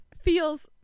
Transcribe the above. feels